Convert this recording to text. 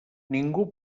ningú